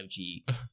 5G